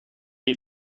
eat